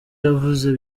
yavuze